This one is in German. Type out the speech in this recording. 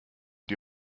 die